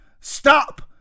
Stop